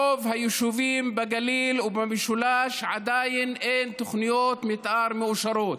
ברוב היישובים בגליל ובמשולש עדיין אין תוכניות מתאר מאושרות.